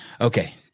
Okay